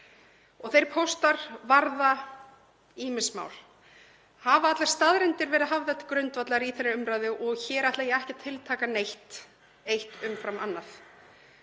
Þeir póstar varða ýmis mál. Hafa allar staðreyndir verið hafðar til grundvallar í þeirri umræðu? Hér ætla ég ekki að tiltaka neitt eitt umfram annað